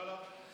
לא, לא.